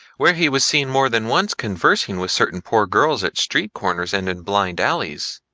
where he was seen more than once conversing with certain poor girls at street corners and in blind alleys.